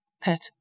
pet